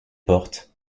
portes